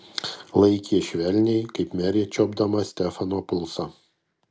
laikė švelniai kaip merė čiuopdama stefano pulsą